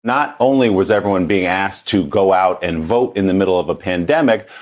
not only was everyone being asked to go out and vote in the middle of a pandemic,